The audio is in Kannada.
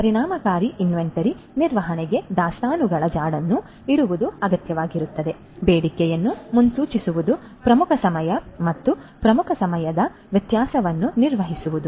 ಆದ್ದರಿಂದ ಪರಿಣಾಮಕಾರಿ ಇನ್ವೆಂಟರಿ ನಿರ್ವಹಣೆಗೆ ದಾಸ್ತಾನುಗಳ ಜಾಡನ್ನು ಇಡುವುದುಅಗತ್ಯವಾಗಿರುತ್ತದೆ ಬೇಡಿಕೆಯನ್ನು ಮುನ್ಸೂಚಿಸುವುದು ಪ್ರಮುಖ ಸಮಯ ಮತ್ತು ಪ್ರಮುಖ ಸಮಯದ ವ್ಯತ್ಯಾಸವನ್ನು ನಿರ್ವಹಿಸುವುದು